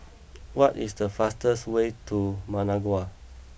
what is the fastest way to Managua